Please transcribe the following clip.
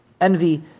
envy